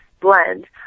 blend